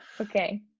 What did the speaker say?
Okay